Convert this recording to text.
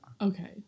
Okay